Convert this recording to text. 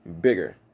bigger